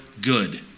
good